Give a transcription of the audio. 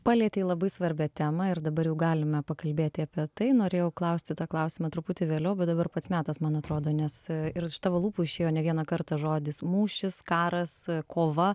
palietei labai svarbią temą ir dabar jau galime pakalbėti apie tai norėjau klausti tą klausimą truputį vėliau bet dabar pats metas man atrodo nes ir iš tavo lūpų išėjo ne vieną kartą žodis mūšis karas kova